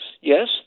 Yes